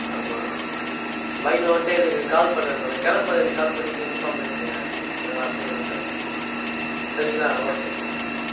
ஆமாம் பைக்கில் வந்துட்டு எனக்குக் கால் பண்ண சொல்லுங்கள் கிளம்பும்போது எனக்குக் கால் பண்ணிட்டு இன்ஃபார்ம் பண்ணிட்டு கொஞ்சம் வர சொல்லுங்கள் சார் சரிங்களா ஓகே சார்